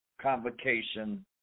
convocation